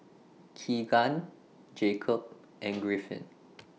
Keegan Jacob and Griffin